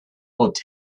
would